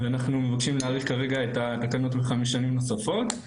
ואנחנו מבקשים להאריך כרגע את התקנות לחמש שנים נוספות.